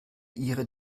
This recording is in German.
ihre